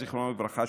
זיכרונו לברכה,